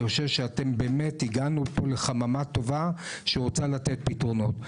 אני חושב שבאמת הגענו פה לחממה טובה שרוצה לתת פתרונות.